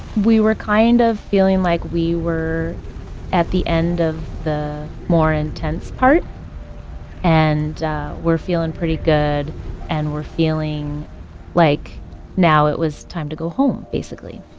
we were kind of feeling like we were at the end of the more intense part and were feeling pretty good and were feeling like now it was time to go home, basically.